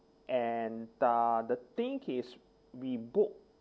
and uh the thing is we book